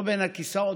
לא בין הכיסאות,